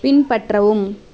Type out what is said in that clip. பின்பற்றவும்